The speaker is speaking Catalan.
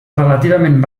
relativament